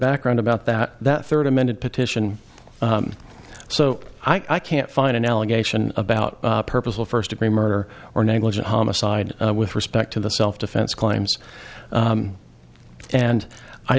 background about that the third amended petition so i can't find an allegation about purposeful first degree murder or negligent homicide with respect to the self defense claims and i